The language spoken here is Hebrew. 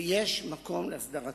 ויש מקום להסדרתו.